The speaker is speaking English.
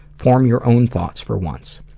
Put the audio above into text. form your own thoughts for once.